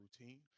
routine